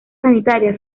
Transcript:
sanitaria